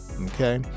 okay